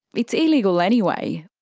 it's illegal anyway.